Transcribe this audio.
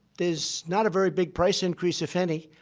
there's not a very big price increase, if any,